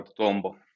Tombo